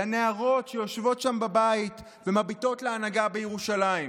לנערות שיושבות שם בבית ומביטות להנהגה בירושלים?